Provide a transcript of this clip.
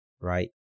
right